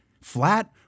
flat